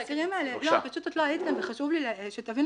פשוט את לא היית כאן וחשוב לי שתביני